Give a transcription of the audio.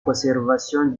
conservation